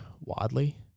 Wadley